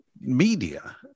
media